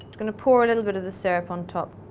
going to pour a little bit of the syrup on top.